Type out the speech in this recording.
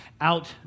out